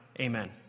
Amen